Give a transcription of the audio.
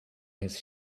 his